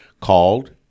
called